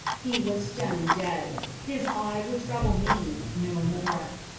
he was stone dead. his eye would trouble me no more.